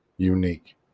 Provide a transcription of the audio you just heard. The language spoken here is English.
Unique